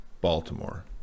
Baltimore